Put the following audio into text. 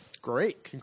Great